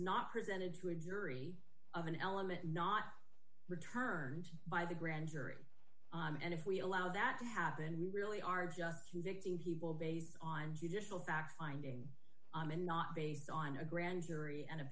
not presented to a jury of an element not returned by the grand jury and if we allow that to happen we really are just convicting people based on judicial fact finding and not based on a grand jury and